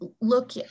look